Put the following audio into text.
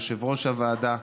יושב-ראש הוועדה,